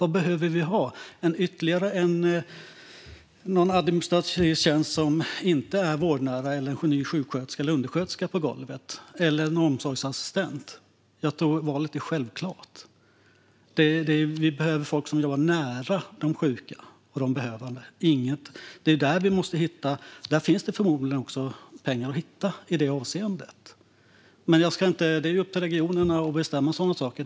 Vad behöver vi ha? Ytterligare någon administrativ tjänst som inte är vårdnära eller en ny sjuksköterska, undersköterska eller omsorgsassistent på golvet? Jag tror att valet är självklart. Vi behöver folk som jobbar nära de sjuka och behövande. Förmodligen finns det också pengar att hitta där. Det är upp till regionerna att bestämma sådana saker.